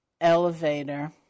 elevator